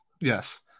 yes